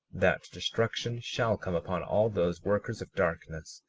that destruction shall come upon all those workers of darkness,